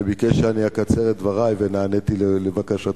שביקש שאני אקצר את דברי ונעניתי לבקשתו.